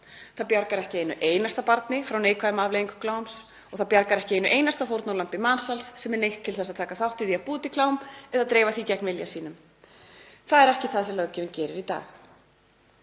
Það bjargar ekki einu einasta barni frá neikvæðum afleiðingum kláms. Það bjargar ekki einu einasta fórnarlambi mansals sem er neytt til þess að taka þátt í því að búa til klám eða dreifa því gegn vilja sínum. Það er ekki það sem löggjafinn gerir í dag.